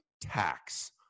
tax